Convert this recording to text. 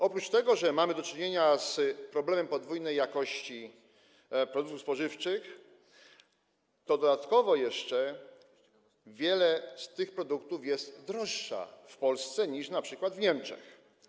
Oprócz tego, że mamy do czynienia z problemem podwójnej jakości produktów spożywczych, to dodatkowo jeszcze wiele tych produktów jest droższych w Polsce niż np. w Niemczech.